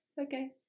okay